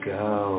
go